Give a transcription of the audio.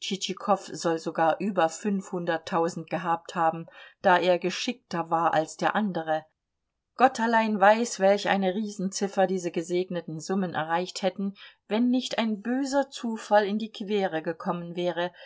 tschitschikow soll sogar über fünfhunderttausend gehabt haben da er geschickter war als der andere gott allein weiß welch eine riesenziffer diese gesegneten summen erreicht hätten wenn nicht ein böser zufall in die quere gekommen wäre